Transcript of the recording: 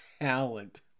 talent